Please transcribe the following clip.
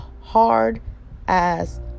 hard-ass